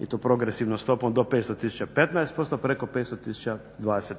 i to progresivnom stopom do 500 tisuća 15%, preko 500 tisuća 20%.